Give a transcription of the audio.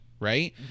Right